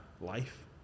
life